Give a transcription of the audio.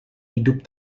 hidup